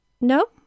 No